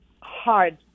hard